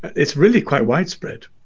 it's really quite widespread.